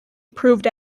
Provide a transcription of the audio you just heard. proved